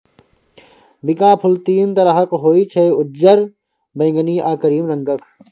बिंका फुल तीन तरहक होइ छै उज्जर, बैगनी आ क्रीम रंगक